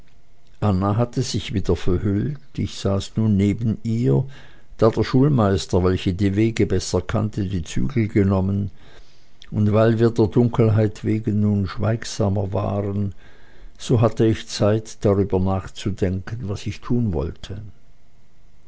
anna hatte sich wieder verhüllt ich saß nun neben ihr da der schulmeister welcher die wege besser kannte die zügel genommen und weil wir der dunkelheit wegen nun schweigsamer waren so hatte ich zeit darüber nachzudenken was ich tun wollte